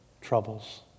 troubles